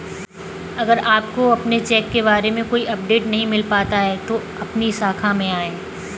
अगर आपको अपने चेक के बारे में कोई अपडेट नहीं मिल पाता है तो अपनी शाखा में आएं